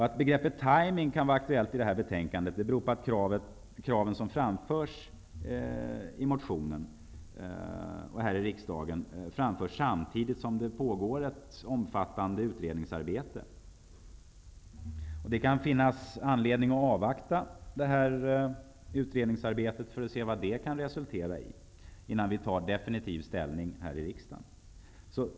Att begreppet ''timing'' kan vara aktuellt i detta betänkande beror på att kraven framförs i riksdagen samtidigt som det pågår ett omfattande utredningsarbete. Det kan finnas anledning att avvakta vad det arbetet resulterar i, innan vi tar definitiv ställning här i riksdagen.